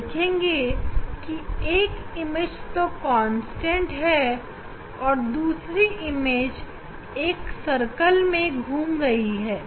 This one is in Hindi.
आप देखेंगे कि एक छवि तो स्थिर है और दूसरी छवि एक सर्कल में घूम रही है